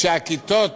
כשהכיתות